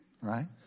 Right